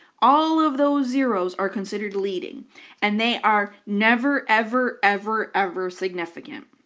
all of those zeroes are considered leading and they are never, ever, ever, ever significant.